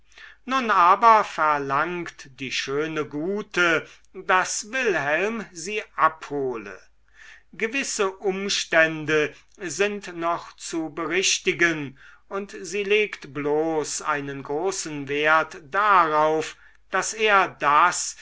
nun aber verlangt die schöne gute daß wilhelm sie abhole gewisse umstände sind noch zu berichtigen und sie legt bloß einen großen wert darauf daß er das